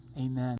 amen